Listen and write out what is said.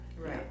Right